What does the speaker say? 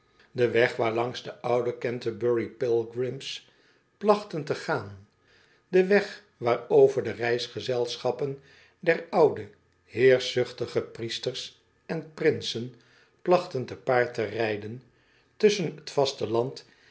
den weg waarlangs de oude canterbury pelgrims plachten te gaan den weg waarover de reisgezelschappen der oude heerschzuchtige priesters en prinsen plachten te paard te rijden tusschen t vasteland